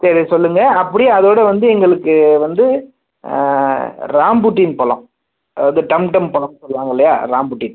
சரி சொல்லுங்கள் அப்படியே அதோடு வந்து எங்களுக்கு வந்து ராம்புட்டின் பழம் அதாவது டம் டம் பழம்னு சொல்லுவாங்கில்லையா ராம்புட்டின்